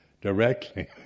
directly